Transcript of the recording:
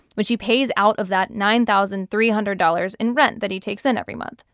which he pays out of that nine thousand three hundred dollars in rent that he takes in every month.